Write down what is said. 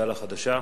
מפד"ל החדשה,